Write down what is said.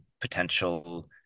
potential